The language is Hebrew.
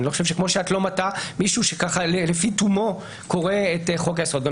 כמו שאת לא מטעה מישהו שלפיו תומו קורא את חוק היסוד וגם